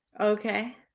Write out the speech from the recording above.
okay